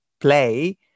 play